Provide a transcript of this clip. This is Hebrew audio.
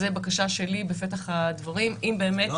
זו בקשה שלי בפתח הדברים, אם באמת